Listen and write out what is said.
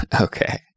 Okay